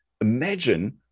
imagine